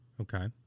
Okay